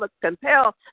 compel